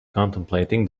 contemplating